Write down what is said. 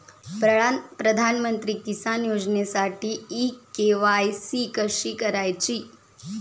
प्रधानमंत्री किसान योजनेसाठी इ के.वाय.सी कशी करायची?